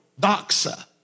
doxa